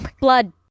Blood